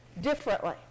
differently